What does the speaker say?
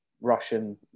russian